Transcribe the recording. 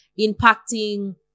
impacting